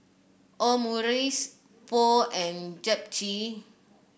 Omurice Pho and Japchae